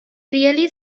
reilly